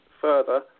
further